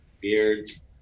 beards